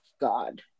God